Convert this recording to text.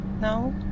No